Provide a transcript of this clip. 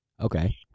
Okay